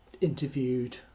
interviewed